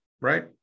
Right